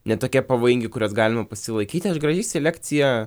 ne tokie pavojingi kuriuos galima pasilaikyti aš gražiai selekcija